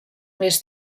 més